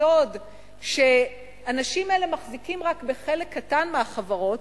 הסוד שהאנשים האלה מחזיקים רק בחלק קטן מהחברות,